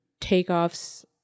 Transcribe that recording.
takeoffs